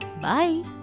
Bye